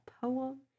poem